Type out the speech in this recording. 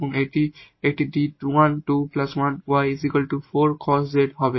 এবং এটি 𝐷1 2 1𝑦 4 cos 𝑧 হবে